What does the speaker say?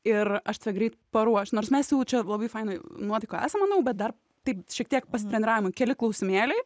ir aš tave greit paruošiu nors mes jau čia labai fainai nuotaikoj esam manau bet dar taip šiek tiek pasitreniravimui keli klausimėliai